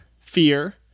fear